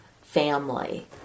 family